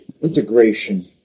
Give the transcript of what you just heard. integration